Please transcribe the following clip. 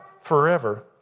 forever